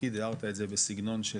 הערת את זה בסגנון של